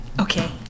Okay